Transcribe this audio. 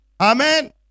amen